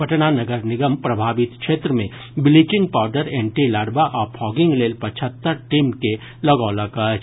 पटना नगर निगम प्रभावित क्षेत्र मे ब्लींचिग पाउडर एंटी लार्वा आ फॉगिंग लेल पचहत्तर टीम के लगौलक अछि